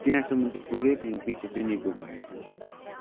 त्यहाँसम्म चाहिँ पुगे त्यहाँदेखि पछि चाहिँ निको भएँ